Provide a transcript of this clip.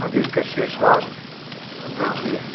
अधिक से स्वास्थ्य देखिए